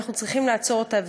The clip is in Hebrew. אנחנו צריכים לעצור אותה.